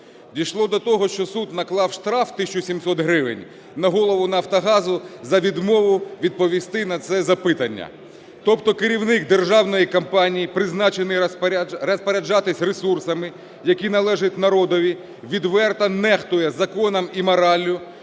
Дійшло до того, що суд наклав штраф 1700 гривень на голову "Нафтогазу" за відмову відповісти на це запитання. Тобто керівник державної компанії призначений розпоряджатись ресурсами, які належать народові, відверто нехтує законом і мораллю,